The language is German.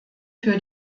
für